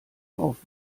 auf